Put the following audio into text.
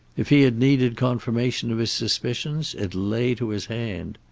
if he had needed confirmation of his suspicions, it lay to his hand.